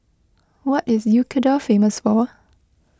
what is famous for